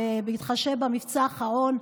ובהתחשב במבצע האחרון,